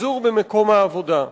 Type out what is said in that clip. במיחזור במקום העבודה.